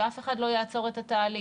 שאף אחד לא יעצור את התהליך,